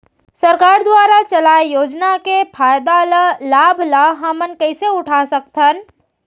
सरकार दुवारा चलाये योजना के फायदा ल लाभ ल हमन कइसे उठा सकथन?